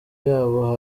yabo